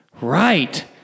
Right